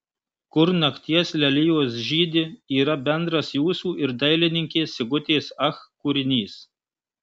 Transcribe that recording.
kur nakties lelijos žydi yra bendras jūsų ir dailininkės sigutės ach kūrinys